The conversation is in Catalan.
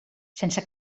sense